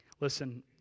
Listen